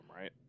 right